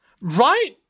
Right